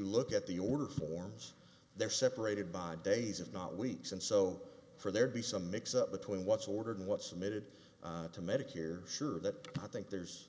look at the order forms they're separated by days of not weeks and so for there be some mix up between what's ordered and what's admitted to medicare sure that i think there's